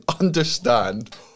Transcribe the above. understand